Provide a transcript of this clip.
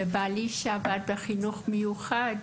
בעלי שעבד בחינוך מיוחד